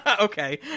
Okay